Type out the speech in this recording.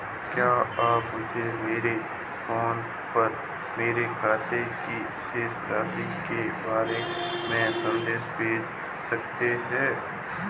क्या आप मुझे मेरे फ़ोन पर मेरे खाते की शेष राशि के बारे में संदेश भेज सकते हैं?